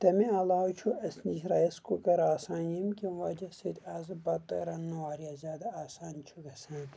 تَمہِ علاوٕ چھُ اَسہِ نِش رَیِس کُکر آسان ییٚمہِ کہِ وجہ سۭتۍ آز بَتہٕ رَنُن واریاہ زیادٕ آسان چھُ گژھان